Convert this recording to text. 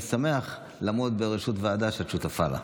אני שמח לעמוד בראשות ועדה שאת שותפה לה.